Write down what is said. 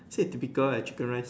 I said typical right chicken rice